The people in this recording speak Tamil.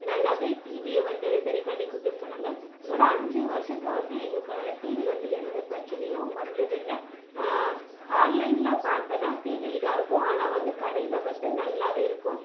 நல்லாவே டிவியை வந்து சரி பண்ணிக் கொடுத்துட்டுப் போனாங்க இதோடு அஞ்சு வருஷத்துல வந்து எங்களுக்கு டிவி வந்து எந்த பிரச்சினையும் வந்ததில்லை ஆன்லைனில் பார்த்தன்னா டிவி இதாக இருக்கும் ஆனால் வந்து கடையில் வந்து நல்லாவே இருக்கும்